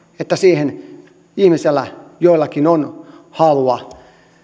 että siihen joillakin ihmisillä on halua